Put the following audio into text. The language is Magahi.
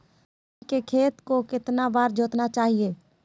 धान के खेत को कितना बार जोतना चाहिए?